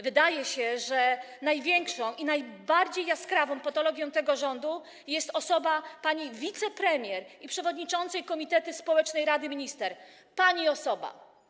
Wydaje się, że największą i najbardziej jaskrawą patologią tego rządu jest osoba pani wicepremier i przewodniczącej Komitetu Społecznego Rady Ministrów - pani osoba.